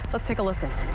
let's take a listen.